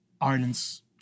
Ireland's